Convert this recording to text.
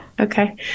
Okay